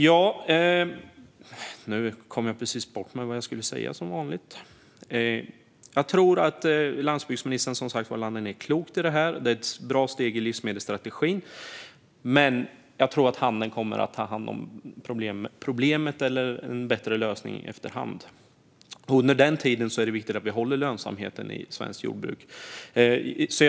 Jag tror som sagt att landsbygdsministern landar klokt i detta. Det är ett bra steg i livsmedelsstrategin. Jag tror också att handeln kommer att ta hand om problemet och komma med en bättre lösning efter hand, och under den tiden är det viktigt att vi håller lönsamheten i svenskt jordbruk.